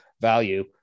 value